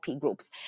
groups